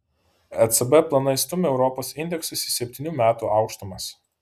ecb planai stumia europos indeksus į septynių metų aukštumas